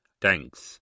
Thanks